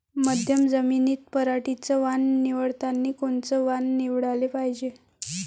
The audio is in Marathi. मध्यम जमीनीत पराटीचं वान निवडतानी कोनचं वान निवडाले पायजे?